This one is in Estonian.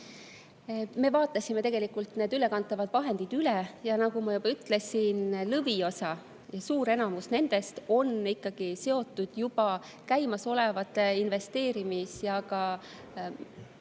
Me vaatasime ülekantavad vahendid üle ja nagu ma juba ütlesin, lõviosa, suur enamus nendest on ikkagi seotud käimasolevate investeerimis‑ ja ka